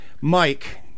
mike